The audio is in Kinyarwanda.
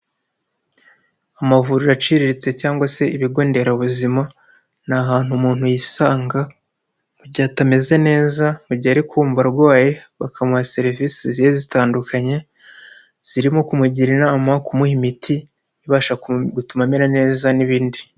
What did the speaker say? Amavuriro aciriritse cyangwa se ibigo nderabuzima, ni ahantu umuntu yisanga mugihe atameze neza, mu gihe ari kumva arwaye, bakamuha serivisi zi zitandukanye zirimo kumugira inama, kumuha imiti ibasha gutuma amera neza n'ibindi.